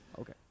Okay